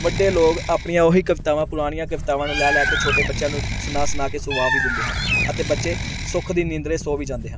ਵੱਡੇ ਲੋਕ ਆਪਣੀਆਂ ਉਹ ਹੀ ਕਵਿਤਾਵਾਂ ਪੁਰਾਣੀਆਂ ਕਵਿਤਾਵਾਂ ਨੂੰ ਲੈ ਲੈ ਕੇ ਛੋਟੇ ਬੱਚਿਆਂ ਨੂੰ ਸੁਣਾ ਸੁਣਾ ਕੇ ਸੁਲਾ ਵੀ ਦਿੰਦੇ ਹਨ ਅਤੇ ਬੱਚੇ ਸੁੱਖ ਦੀ ਨੀਂਦਰ ਸੋ ਵੀ ਜਾਂਦੇ ਹਨ